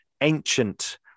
ancient